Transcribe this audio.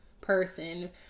person